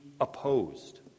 opposed